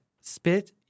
spit